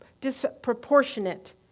disproportionate